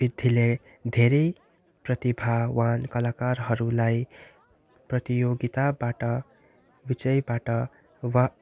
वृद्धिले धेरै प्रतिभावान् कलाकारहरूलाई प्रतियोगिताबाट विजयबाट वा